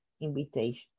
invitation